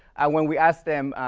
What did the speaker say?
when we asked them,